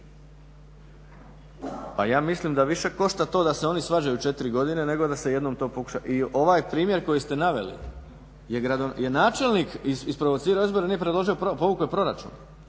Pa ja mislim da više košta to da se oni svađaju 4 godine nego da se jednom to pokuša. I ovaj primjer koji ste naveli je gradonačelnik isprovocirao izbore jer nije predložio, povukao proračun.